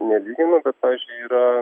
nelyginu bet pavyzdžiui yra